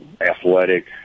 athletic